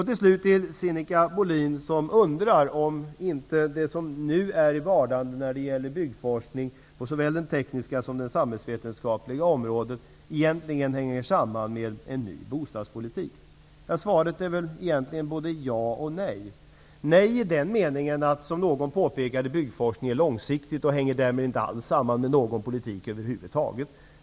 Till slut till Sinikka Bohlin som undrar om inte det som nu är i vardande när det gäller byggforskning på såväl det tekniska som det samhällsvetenskapliga området egentligen hänger samman med en ny bostadspolitik. Svaret är egentligen både ja och nej. Nej i den meningen att, som någon påpekade, byggforskning är långsiktig och därmed inte alls hänger samman med någon politik över huvud taget.